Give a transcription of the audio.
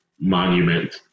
monument